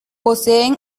poseen